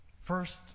First